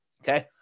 Okay